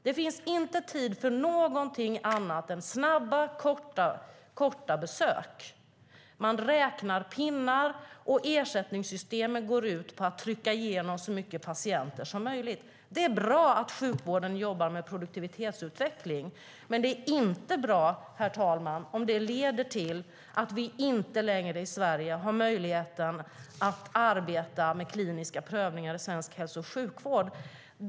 Det finns inte tid för något annat än snabba och korta besök. Man räknar pinnar, och ersättningssystemen går ut på att trycka igenom så många patienter som möjligt. Det är bra att sjukvården jobbar med produktivitetsutveckling, men det är inte bra, herr talman, om det leder till att vi inte längre i Sverige har möjligheten att arbeta med kliniska prövningar i svensk hälso och sjukvård.